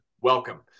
welcome